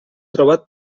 trobat